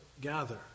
gather